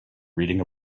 reading